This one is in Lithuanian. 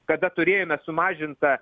kada turėjome sumažintą